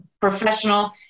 professional